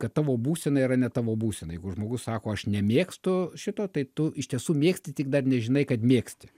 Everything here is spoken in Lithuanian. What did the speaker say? kad tavo būsena yra ne tavo būsena jeigu žmogus sako aš nemėgstu šito tai tu iš tiesų mėgsti tik dar nežinai kad mėgsti